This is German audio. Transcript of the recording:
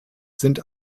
sind